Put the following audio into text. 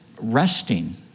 resting